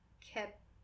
kept